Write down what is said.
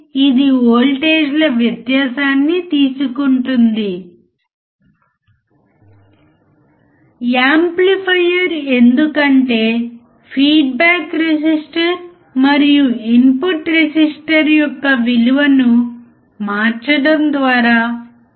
కాబట్టి మనం చూస్తున్నది ఇన్పుట్ వద్ద దాదాపు 1 kilohertz frequency 1 volt peak to peak ను వర్తింపజేసాము